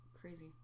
Crazy